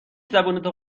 زبونتو